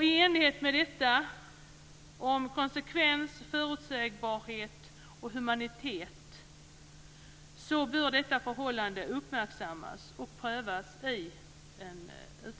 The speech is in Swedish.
I enlighet med det som handlar om konsekvens, förutsägbarhet och humanitet bör detta förhållande uppmärksammas och prövas i en utredning.